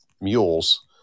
mules